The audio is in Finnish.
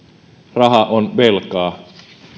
raha on velkaa